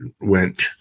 went